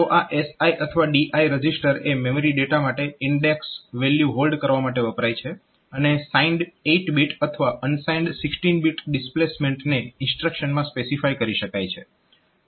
તો આ SI અથવા DI રજીસ્ટર એ મેમરી ડેટા માટે ઇન્ડેક્સ વેલ્યુ હોલ્ડ કરવા માટે વપરાય છે અને સાઇન્ડ 8 બીટ અથવા અનસાઇન્ડ 16 બીટ ડિસ્પ્લેસમેન્ટને ઇન્સ્ટ્રક્શનમાં સ્પેસિફાય કરી શકાય છે